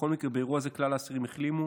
בכל מקרה, באירוע זה כלל האסירים החלימו.